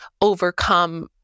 overcome